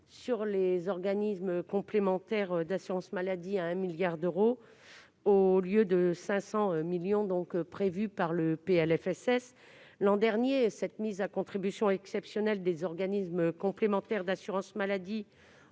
sur les organismes complémentaires d'assurance maladie à 1 milliard d'euros, au lieu des 500 millions d'euros prévus l'an dernier par le PLFSS. L'an dernier, cette mise à contribution exceptionnelle des organismes complémentaires d'assurance maladie